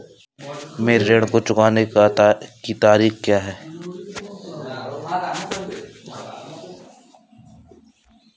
मेरे ऋण को चुकाने की तारीख़ क्या है?